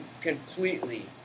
completely